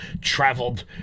traveled